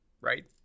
right